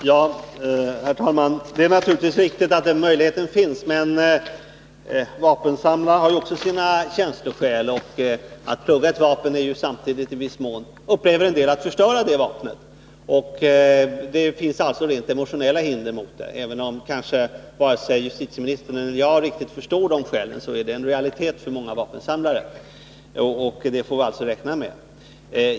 Herr talman! Det är naturligtvis viktigt att den möjligheten finns, men vapensamlarna har också sina känsloskäl. Att plugga ett vapen upplever en del som att man förstör det vapnet. Det finns alltså rent emotionella hinder mot detta. Även om kanske varken justitieministern eller jag riktigt förstår det skälet, är det en realitet för många vapensamlare. Det får vi alltså räkna med.